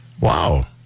Wow